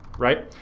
right?